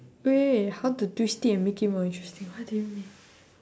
wait how to twist it and make it more interesting what do you mean